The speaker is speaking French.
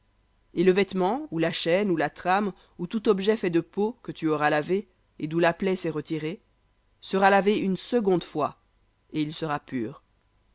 et le vêtement ou la chaîne ou la trame ou tout objet de peau que tu auras lavé et d'où la plaie s'est retirée sera lavé une seconde fois et il sera pur